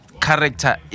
character